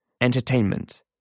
entertainment